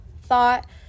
thought